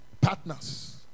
partners